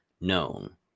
known